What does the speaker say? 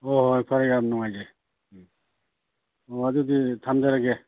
ꯍꯣ ꯍꯣꯏ ꯐꯔꯦ ꯌꯥꯝ ꯅꯨꯡꯉꯥꯏꯖꯩ ꯎꯝ ꯑꯣ ꯑꯗꯨꯗꯤ ꯊꯝꯖꯔꯒꯦ